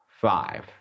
five